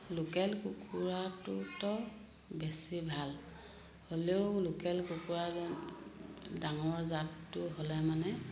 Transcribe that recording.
local কুকুৰাটোতো বেছি ভাল হ'লেও লোকেল কুকুৰাজন ডাঙৰ জাতটো হ'লে মানে